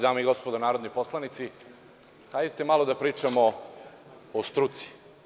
Dame i gospodo narodni poslanici, hajde malo da pričamo o struci.